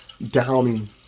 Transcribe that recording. Downing